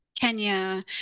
Kenya